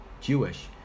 Jewish